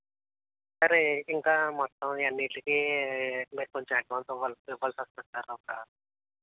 సరే ఇంకా మొత్తం ఇవి అన్నింటికి నాకు కొంచెం అడ్వాన్స్ ఇవ్వాలి ఇవ్వాల్సి వస్తుంది సార్ ఒక